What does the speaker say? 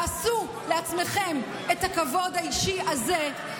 תעשו לעצמכם את הכבוד האישי הזה,